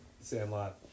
Sandlot